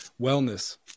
wellness